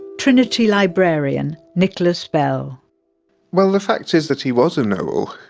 trinity librarian, nicholas bell well, the fact is that he was a know-all,